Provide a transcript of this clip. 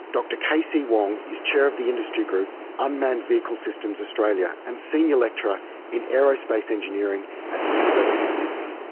dr k. c. wong is chair of the industry group unmanned vehicle systems australia, and senior lecturer in aerospace engineering at the university of sydney.